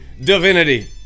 divinity